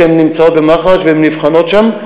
שהן נמצאות במח"ש והן נבחנות שם,